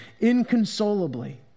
inconsolably